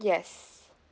yes